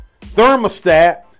thermostat